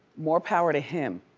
more power to him.